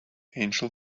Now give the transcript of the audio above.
angel